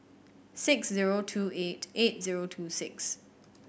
six zero two eight eight zero two six